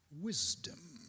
wisdom